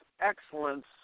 excellence